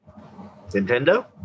Nintendo